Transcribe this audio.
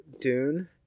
Dune